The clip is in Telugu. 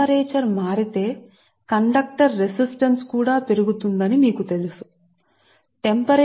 ఉష్ణోగ్రత మారితే కండక్టర్ రెసిస్టెన్స్ కూడా పెరుగుతుందని మీకు తెలుసు సరే